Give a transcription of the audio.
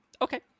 Okay